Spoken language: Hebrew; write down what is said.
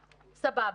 סבבה,